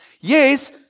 Yes